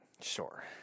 Sure